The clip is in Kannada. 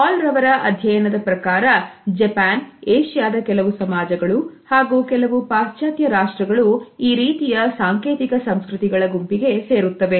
ಹಾಲ್ ರವರ ಅಧ್ಯಯನದ ಪ್ರಕಾರ ಜಪಾನ್ ಏಷ್ಯಾದ ಕೆಲವು ಸಮಾಜಗಳು ಹಾಗೂ ಕೆಲವು ಪಾಶ್ಚಾತ್ಯ ರಾಷ್ಟ್ರಗಳು ಈ ರೀತಿಯ ಸಾಂಕೇತಿಕ ಸಂಸ್ಕೃತಿಗಳ ಗುಂಪಿಗೆ ಸೇರುತ್ತವೆ